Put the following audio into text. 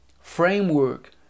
framework